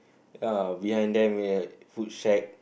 ah behind them uh food shack